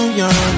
young